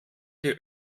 die